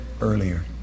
earlier